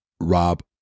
Rob